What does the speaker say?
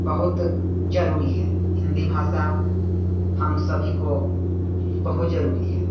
बहुत ज़रूरी है हिंदी भाषा हम सभी को बहुत